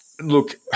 Look